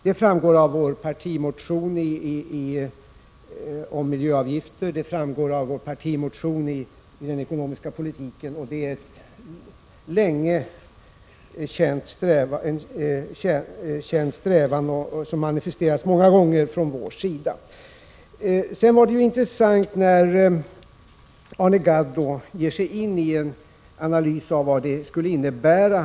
Detta framgår av vår partimotion om miljöavgifter och av vår partimotion om den ekonomiska politiken. Det är en sedan länge känd strävan, som har manifesterats många gånger från vår sida. Det var intressant att höra när Arne Gadd gav sig ini en analys av vad det skulle innebära.